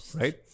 right